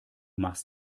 machst